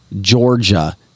Georgia